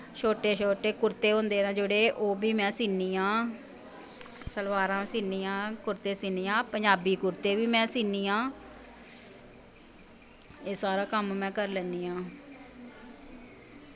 छोटे छोटे कुर्ते होंदे न जेह्ड़े ओह् बी में सीह्नी आं सलवारां सीह्नी आं कुर्ते सीह्नी आं पंजाबी कुर्ते बी में सीह्नी आं एह् सारा कम्म में करी लैन्नी आं